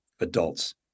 adults